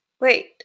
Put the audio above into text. Wait